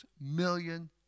million